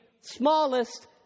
smallest